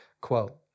Quote